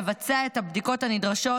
יבצע את הבדיקות הנדרשות,